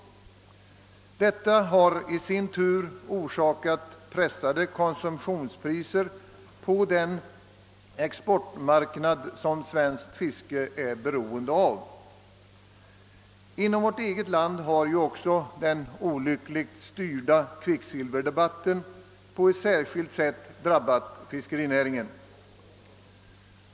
Detta har i sin tur orsakat pressade konsumtionspriser på den exportmarknad som svenskt fiske är beroende av. Inom vårt eget land har också den olyckligt styrda kvicksilverdebatten särskilt drabbat fiskerinäringen.